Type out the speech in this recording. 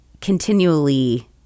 continually